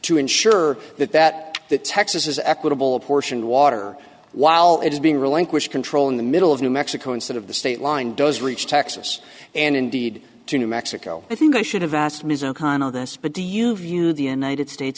to ensure that that that texas is equitable apportioned water while it is being relinquished control in the middle of new mexico instead of the state line does reach texas and indeed to new mexico i think i should have asked ms o'connell this but do you view the united states